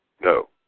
No